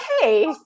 okay